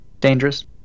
Dangerous